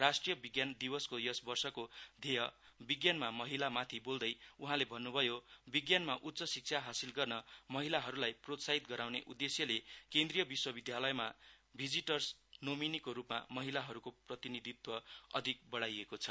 राष्ट्रिय विज्ञान दिवसको यस वर्षको ध्येय विज्ञानमा महिलामाथि बोल्दै उहाँले भन्नभयो विज्ञानमा उच्च शिक्षा हासिल गर्न महिलाहरुलाई प्रोत्साहित गराउने उदेश्यले केन्द्रिय विश्वविधालयमा भिजिटर्स नोमिनिको रुपमा महिलाहरुको प्रतिनिधित्व अधिक बढ़ाएको छ